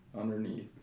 underneath